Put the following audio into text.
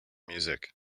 music